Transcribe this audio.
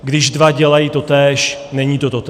Když dva dělají totéž, není to totéž.